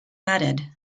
added